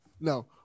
No